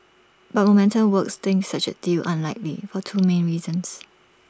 but momentum works thinks such A deal unlikely for two main reasons